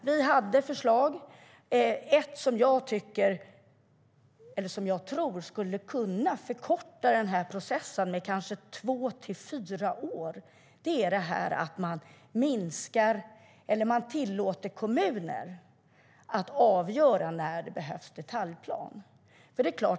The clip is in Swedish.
Vi hade förslag, och ett som jag tror skulle kunna förkorta processen med kanske två till fyra år är att tillåta kommuner att avgöra när det behövs detaljplan.